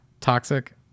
toxic